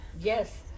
Yes